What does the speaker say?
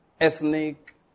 ethnic